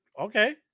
okay